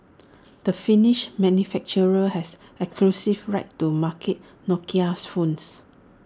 the finnish manufacturer has exclusive rights to market Nokia's phones